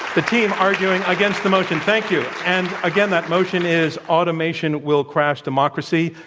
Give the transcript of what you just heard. the team arguing against the motion. thank you. and again, that motion is automation will crash democracy.